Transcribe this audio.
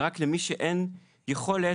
ורק למי שאין יכולת